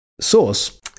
Source –